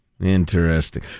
interesting